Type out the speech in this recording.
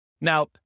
Now